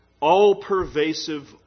all-pervasive